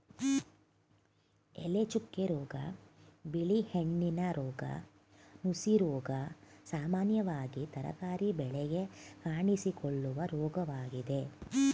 ಎಲೆಚುಕ್ಕೆ ರೋಗ, ಬಿಳಿ ಹೆಣ್ಣಿನ ರೋಗ, ನುಸಿರೋಗ ಸಾಮಾನ್ಯವಾಗಿ ತರಕಾರಿ ಬೆಳೆಗೆ ಕಾಣಿಸಿಕೊಳ್ಳುವ ರೋಗವಾಗಿದೆ